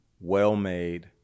well-made –